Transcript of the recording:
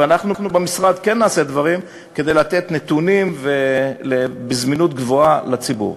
ואנחנו במשרד כן נעשה דברים כדי לתת נתונים בזמינות גבוהה לציבור.